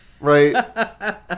Right